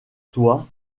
toi